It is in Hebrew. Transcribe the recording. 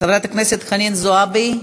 חברת הכנסת חנין זועבי,